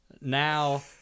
Now